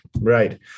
Right